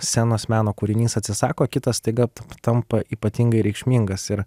scenos meno kūrinys atsisako kitas staiga tampa ypatingai reikšmingas ir